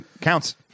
counts